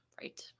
Right